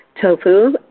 Tofu